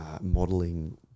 modeling